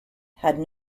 had